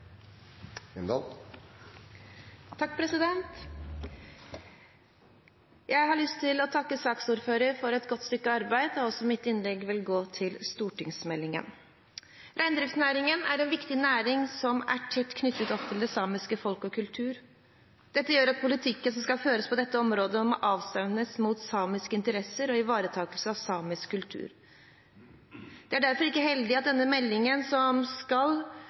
Jeg har lyst til å takke saksordføreren for et godt stykke arbeid. Også mitt innlegg vil gå på stortingsmeldingen. Reindriftsnæringen er en viktig næring som er tett knyttet opp til det samiske folk og samisk kultur. Dette gjør at politikken som skal føres på dette området, må avstemmes mot samiske interesser og ivaretakelse av samisk kultur. Det er derfor ikke heldig at denne meldingen, som skal